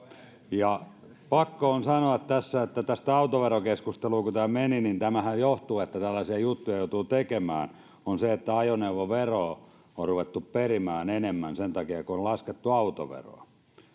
ja pakko on sanoa tässä kun tämä autoverokeskusteluun meni että tämähän että tällaisia juttuja joutuu tekemään johtuu siitä että ajoneuvoveroa on ruvettu perimään enemmän sen takia kun on laskettu autoveroa